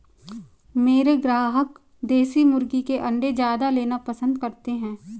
मेरे ग्राहक देसी मुर्गी के अंडे ज्यादा लेना पसंद करते हैं